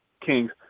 Kings